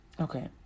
Okay